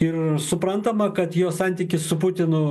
ir suprantama kad jo santykis su putinu